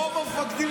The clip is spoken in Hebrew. רוב המפקדים,